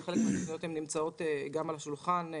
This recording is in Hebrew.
וחלק מן התוכניות נמצאות על השולחן: